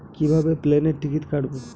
কিভাবে প্লেনের টিকিট কাটব?